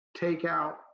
takeout